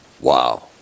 Wow